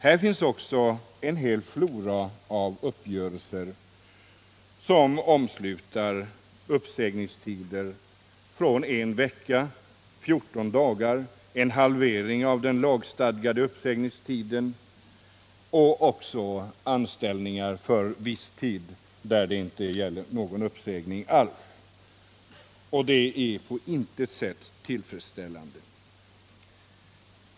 Här finns också en hel flora av uppgörelser som omsluter uppsägningstider från en vecka till fjorton dagar, en halvering av den lagstadgade uppsägningstiden, och även anställningar för viss tid där det inte gäller någon uppsägning alls. Det är på intet sätt tillfredsställande.